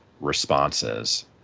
responses